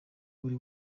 buri